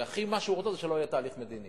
ומה שהוא הכי רוצה זה שלא יהיה תהליך מדיני,